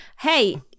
Hey